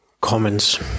comments